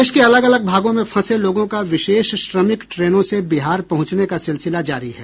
देश के अलग अलग भागों में फंसे लोगों का विशेष श्रमिक ट्रेनों से बिहार पहुंचने का सिलसिला जारी है